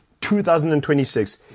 2026